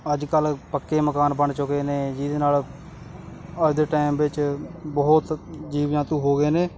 ਅੱਜ ਕੱਲ੍ਹ ਪੱਕੇ ਮਕਾਨ ਬਣ ਚੁੱਕੇ ਨੇ ਜਿਹਦੇ ਨਾਲ ਆਪਦੇ ਟਾਈਮ ਵਿੱਚ ਬਹੁਤ ਜੀਵ ਜੰਤੂ ਹੋ ਗਏ ਨੇ